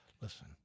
listen